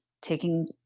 taking